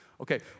Okay